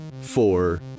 four